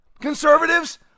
Conservatives